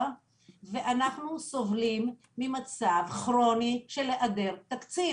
ואנחנו סובלים ממצב כרוני של היעדר תקציב.